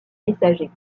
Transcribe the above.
messagers